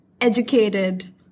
educated